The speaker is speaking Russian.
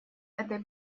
этой